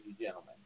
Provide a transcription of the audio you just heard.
gentlemen